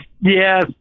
Yes